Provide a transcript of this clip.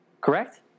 Correct